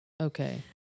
Okay